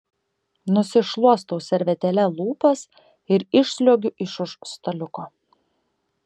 nusišluostau servetėle lūpas ir išsliuogiu iš už staliuko